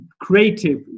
creative